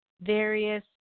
various